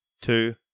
two